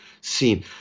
seen